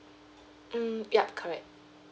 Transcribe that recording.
mm yup correct